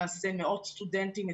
מאות סטודנטים,